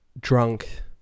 drunk